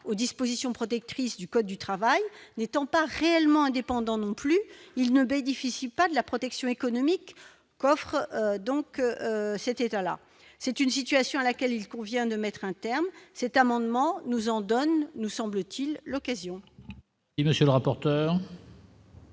aux dispositions protectrices du code du travail n'étant pas réellement indépendant non plus il ne bénéficient pas de la protection économique coffre donc cet état-là, c'est une situation à laquelle il convient de mettre un terme, cet amendement, nous en donne, nous semble-t-il l'occasion.